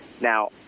Now